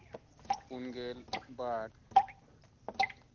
ᱯᱩᱱ ᱜᱮᱞ ᱵᱟᱨ